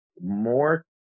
more